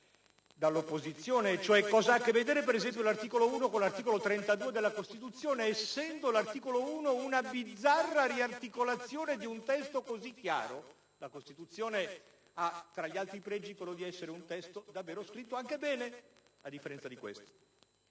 dall'opposizione. Ad esempio, cosa ha a che vedere l'articolo 1 del testo con l'articolo 32 della Costituzione, essendo l'articolo 1 una bizzarra riarticolazione di un testo così chiaro? La Costituzione, tra gli altri pregi, ha quello di essere un testo davvero scritto bene, a differenza di questo.